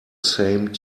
same